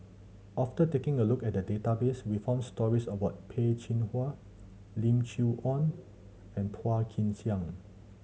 after taking a look at the database we found stories about Peh Chin Hua Lim Chee Onn and Phua Kin Siang